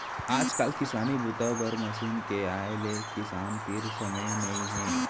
आजकाल किसानी बूता बर मसीन के आए ले किसान तीर समे नइ हे